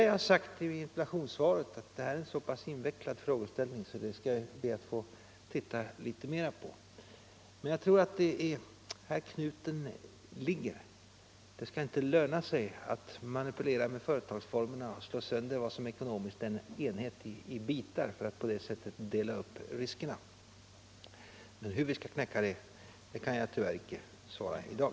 Jag har i interpellationssvaret sagt att detta är en så invecklad frågeställning, att vi skall be att få titta litet mera på den.